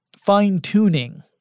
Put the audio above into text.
fine-tuning